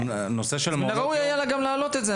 מן הראוי היה להעלות גם את זה,